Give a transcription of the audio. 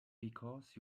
because